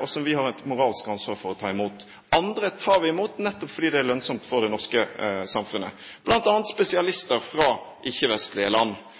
og som vi har et moralsk ansvar for å ta imot. Andre tar vi imot nettopp fordi det er lønnsomt for det norske samfunnet, bl.a. spesialister fra ikke-vestlige land.